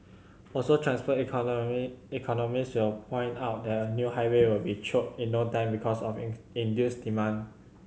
also transport economy economist will point out that a new highway will be choked in no time because of induced demand